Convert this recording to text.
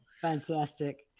fantastic